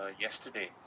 yesterday